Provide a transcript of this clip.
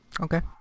okay